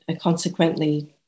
consequently